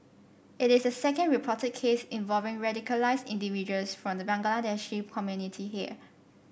it is the second reported case involving radicalised individuals from the Bangladeshi community here